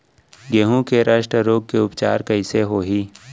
गेहूँ के रस्ट रोग के उपचार कइसे होही?